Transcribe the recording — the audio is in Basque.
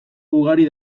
ugari